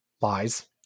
lies